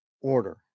order